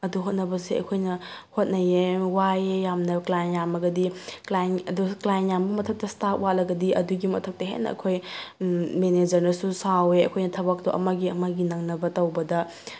ꯑꯗꯨ ꯍꯣꯠꯅꯕꯁꯦ ꯑꯩꯈꯣꯏꯅ ꯍꯣꯠꯅꯩꯑꯦ ꯋꯥꯏꯑꯦ ꯌꯥꯝꯅ ꯀ꯭ꯂꯥꯏꯟ ꯌꯥꯝꯃꯒꯗꯤ ꯀ꯭ꯂꯥꯏꯟ ꯀ꯭ꯂꯥꯏꯟ ꯌꯥꯝꯕ ꯃꯊꯛꯇ ꯁ꯭ꯇꯥꯐ ꯋꯥꯠꯂꯒꯗꯤ ꯑꯗꯨꯒꯤ ꯃꯊꯛꯇ ꯍꯦꯟꯅ ꯑꯩꯈꯣꯏ ꯃꯦꯅꯦꯖꯔꯅꯁꯨ ꯁꯥꯎꯑꯦ ꯑꯩꯈꯣꯏꯅ ꯊꯕꯛꯇꯣ ꯑꯃꯒꯤ ꯑꯃꯒꯤ ꯅꯪꯅꯕ ꯇꯧꯕꯗ